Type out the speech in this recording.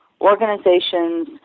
organizations